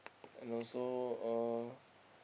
and also uh